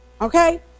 Okay